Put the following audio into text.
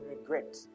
regret